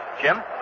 Jim